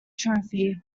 trophy